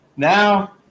Now